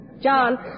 John